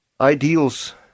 ideals